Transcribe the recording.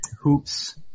hoops